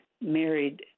married